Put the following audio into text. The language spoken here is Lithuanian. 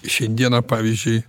šiandieną pavyzdžiui